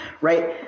Right